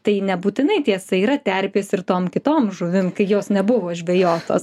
tai nebūtinai tiesa yra terpės ir tom kitom žuvim kai jos nebuvo žvejotos